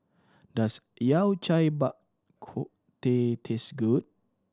does Yao Cai Bak Kut Teh taste good